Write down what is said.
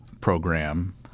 program